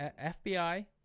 FBI